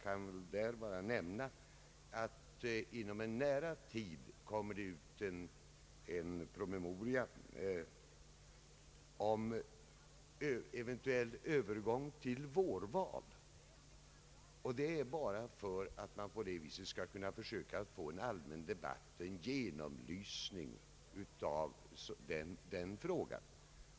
Inom kort kommer det t.ex. en promemoria om eventuell övergång till vårval, för att vi på det sättet skall kunna få en allmän debatt och en genomlysning av den frågan.